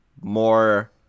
more